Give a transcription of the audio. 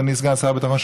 אדוני סגן שר הביטחון,